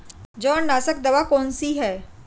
जवारनाशक दवा कौन सी है?